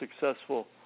successful